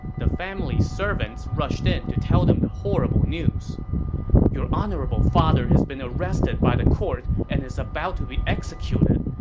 the family's servants rushed in to tell them the horrible news your honorable father has been arrested by the court and is about to executed,